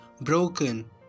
Broken